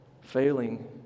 failing